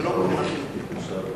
ולא מבחינה חינוכית.